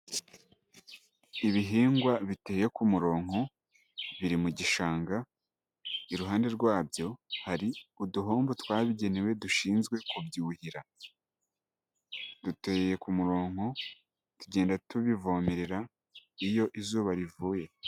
Ibihingwa biteye ku murongo biri mu gishanga, iruhande rwabyo hari uduhombo twabigenewe dushinzwe kubyuhira, duteyeye ku murongo tugenda tubivomerera iyo izuba rivuye.